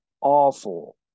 Awful